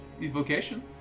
evocation